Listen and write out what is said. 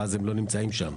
ואז הם לא נמצאים שם.